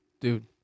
dude